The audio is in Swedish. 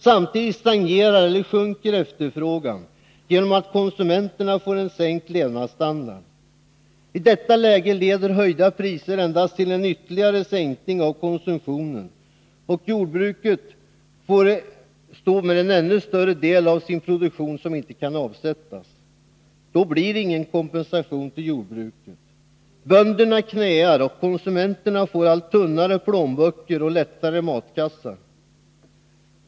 Samtidigt stagnerar eller sjunker efterfrågan på grund av att konsumenterna får en sänkt levnadsstandard. I detta läge leder höjda priser endast till en ytterligare sänkning av konsumtionen, och jordbruket får stå där med en allt större del av produktionen som inte kan avsättas. Det blir ingen kompensation till jordbruket. Bönderna knäar, och konsumenterna får allt tunnare plånböcker och lättare matkassar.